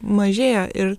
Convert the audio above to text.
mažėja ir